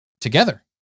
together